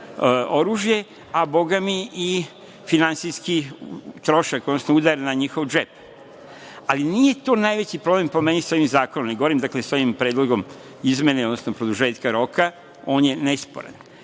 oružje, a bogami i finansijski trošak, odnosno udar na njihov džep. Nije to najveći problem, po meni, sa ovim zakonom, ne govorim dakle sa ovim predlogom izmene, odnosno produžetka roka, on je nesporan.